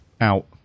out